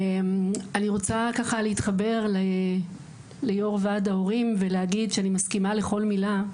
אני רוצה להתחבר ליושב ראש ועד ההורים ולהגיד שאני מסכימה לכל מילה,